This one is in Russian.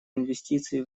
инвестиций